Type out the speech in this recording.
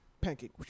pancake